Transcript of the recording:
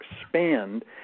expand